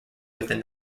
within